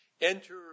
enter